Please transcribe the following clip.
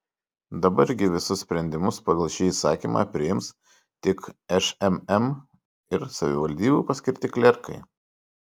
dabar gi visus sprendimus pagal šį įsakymą priims tik šmm ir savivaldybių paskirti klerkai